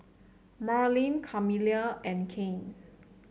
Marylyn Camilla and Cain